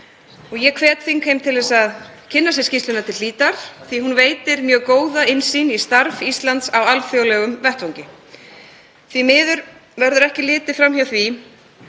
Ég hvet þingheim til að kynna sér skýrsluna til hlítar, því að hún veitir mjög góða innsýn í starf Íslands á alþjóðlegum vettvangi. Því miður verður ekki fram hjá því